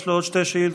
יש לו עוד שתי שאילתות,